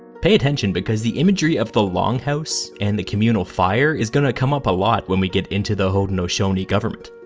pay attention, because the imagery of the longhouse and the communal fire is going to come up a lot when we get into the haudenosaunee government.